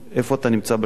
איפה אתה נמצא בשנתון,